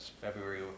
February